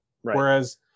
Whereas